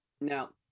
Now